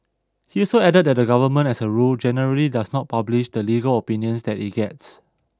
he also added that the government as a rule generally does not publish the legal opinions that it gets